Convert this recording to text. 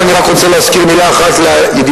ואני רק רוצה להזכיר מלה אחת לידידי